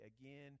again